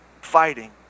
fighting